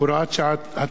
הוראת שעה),